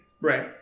Right